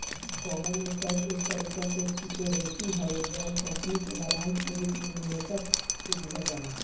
common stock एक तरीका के सिक्योरिटी हवे जवन कंपनी के लाभांश के रूप में निवेशक के दिहल जाला